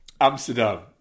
Amsterdam